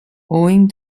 owing